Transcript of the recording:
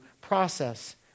process